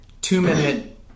two-minute